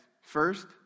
first